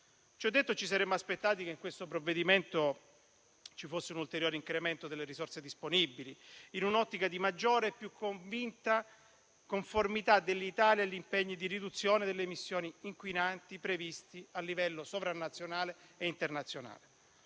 ci saremmo aspettati che in questo provvedimento vi fosse un ulteriore incremento delle risorse disponibili, in un'ottica di maggiore e più convinta conformità dell'Italia agli impegni di riduzione delle emissioni inquinanti previsti a livello sovranazionale e internazionale.